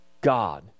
God